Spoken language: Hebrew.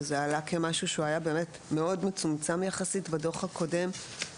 כשזה עלה כמשהו שהיה מאוד מצומצם יחסית בדוח הקודם,